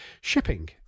shipping